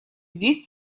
здесь